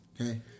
Okay